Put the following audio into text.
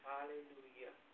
Hallelujah